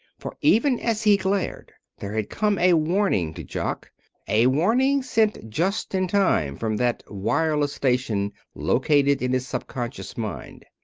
for even as he glared there had come a warning to jock a warning sent just in time from that wireless station located in his subconscious mind.